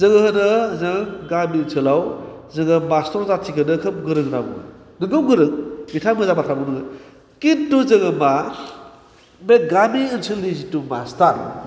जोङो होनो जों गामि ओनसोलाव जोङो मास्टार जाथिखौनो खोब गोरों होन्नानै बुङो नंगौ गोरों बिथाङा मोजां बाथ्रा बुंनो रोङो खिनथु जोङो मा बे गामि ओनसोलनि जिथु मास्टार